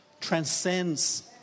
Transcends